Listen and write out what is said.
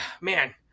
man